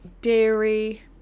dairy